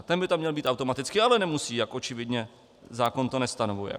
Ten by tam měl být automaticky, ale nemusí, jak očividně zákon to nestanovuje.